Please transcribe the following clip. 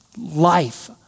life